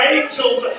angels